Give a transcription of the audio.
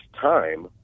time